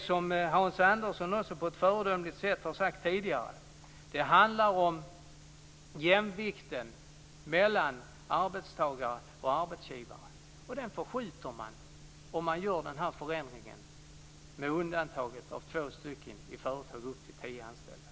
Som Hans Andersson också har sagt på ett föredömligt sätt tidigare handlar det om jämvikten mellan arbetstagare och arbetsgivare, och den förskjuter man om man gör förändringen att undanta av två personer i företag med upp till tio anställda.